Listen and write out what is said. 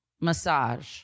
massage